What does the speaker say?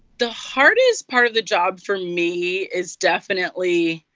the hardest part of the job for me is definitely,